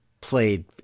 played